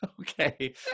Okay